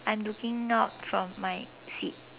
I'm looking out from my seat